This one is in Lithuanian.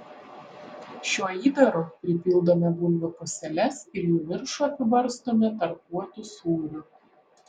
šiuo įdaru pripildome bulvių puseles ir jų viršų apibarstome tarkuotu sūriu